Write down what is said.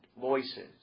voices